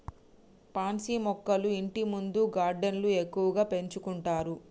pansy మొక్కలు ఇంటిముందు గార్డెన్లో ఎక్కువగా పెంచుకుంటారు